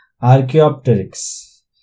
Archaeopteryx